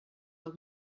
del